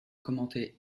commenté